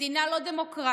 מדינה לא דמוקרטית,